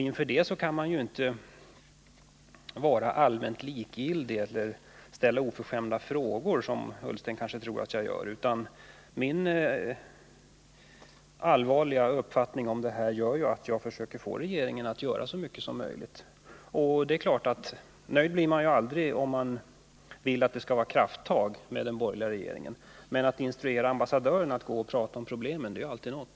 Inför sådana förhållanden kan man inte vara allmänt likgiltig och man kan inte ställa oförskämda frågor, som Ola Ullsten kanske tror att jag gör. Jag har en allvarlig uppfattning i denna fråga, och det innebär att jag försöker få regeringen att göra så mycket som möjligt. Nöjd blir man ju aldrig om man vill att det skall tas krafttag av den borgerliga regeringen, men att instruera ambassadören att gå ut och prata om problemen är alltid något.